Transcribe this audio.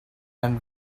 and